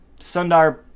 Sundar